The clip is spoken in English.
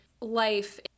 life